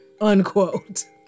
unquote